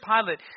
Pilate